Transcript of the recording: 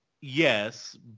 yes